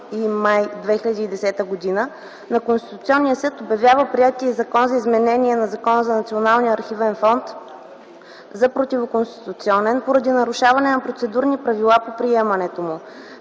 27 май 2010 г. Конституционният съд обявява приетия Закон за изменение на Закона за Националния архивен фонд за противоконституционен, поради нарушаване на процедурните правила по приемането му.